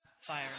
Fire